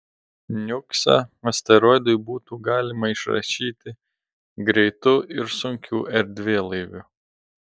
niuksą asteroidui būtų galima išrašyti greitu ir sunkiu erdvėlaiviu